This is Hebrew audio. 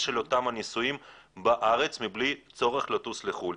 של אותם נישואים בארץ מבלי צורך לטוס לחו"ל,